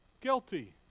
Guilty